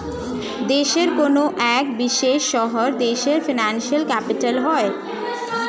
দেশের কোনো এক বিশেষ শহর দেশের ফিনান্সিয়াল ক্যাপিটাল হয়